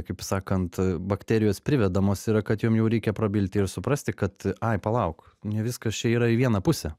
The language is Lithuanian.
kaip sakant bakterijos privedamos yra kad jom jau reikia prabilti ir suprasti kad ai palauk ne viskas čia yra į vieną pusę